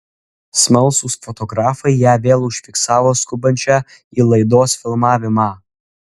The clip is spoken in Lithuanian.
smalsūs fotografai ją vėl užfiksavo skubančią į laidos filmavimą